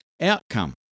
outcome